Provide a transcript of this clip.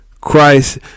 Christ